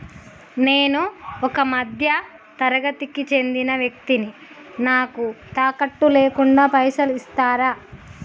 నేను ఒక మధ్య తరగతి కి చెందిన వ్యక్తిని నాకు తాకట్టు లేకుండా పైసలు ఇస్తరా?